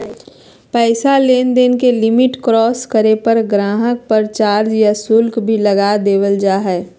पैसा लेनदेन के लिमिट क्रास करे पर गाहक़ पर चार्ज या शुल्क भी लगा देवल जा हय